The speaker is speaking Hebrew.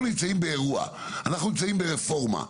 אנחנו נמצאים באירוע, אנחנו נמצאים ברפורמה.